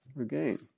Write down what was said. again